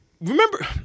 Remember